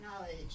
knowledge